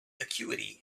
acuity